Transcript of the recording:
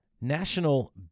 National